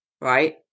right